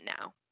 now